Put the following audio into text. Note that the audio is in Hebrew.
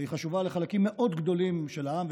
והיא חשובה לחלקים גדולים מאוד של העם,